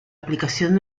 aplicación